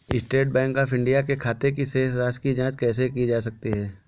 State Bank of India के खाते की शेष राशि की जॉंच कैसे की जा सकती है?